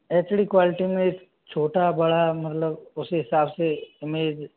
H D quality में छोटा बड़ा मतलब उसी हिसाब से इमेज